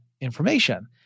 information